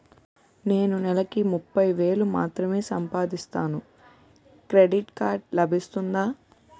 నేను నెల కి ముప్పై వేలు మాత్రమే సంపాదిస్తాను క్రెడిట్ కార్డ్ లభిస్తుందా?